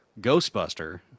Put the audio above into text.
Ghostbuster